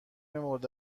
مورد